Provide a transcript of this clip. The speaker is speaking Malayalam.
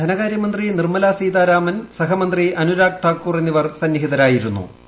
ധനകാര്യമന്ത്രി നിർമ്മലാ സീതാരാമൻ സഹമന്ത്രി അനുരാഗ് താക്കൂർ എന്നിവർ സന്നിഹിതരായിരുന്നൂ